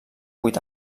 vuit